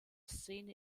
szene